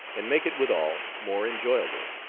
and make it withal more enjoyable.